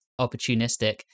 opportunistic